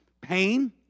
pain